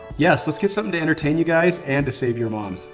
yes, let's get something to entertain you guys and to save your mom.